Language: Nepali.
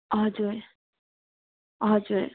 हजुर हजुर